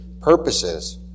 purposes